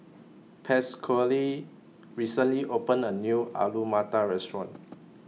Pasquale recently opened A New Alu Matar Restaurant